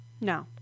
no